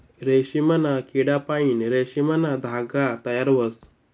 रेशीमना किडापाईन रेशीमना धागा तयार व्हस